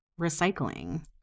recycling